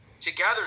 together